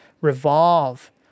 revolve